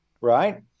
Right